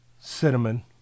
cinnamon